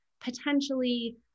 potentially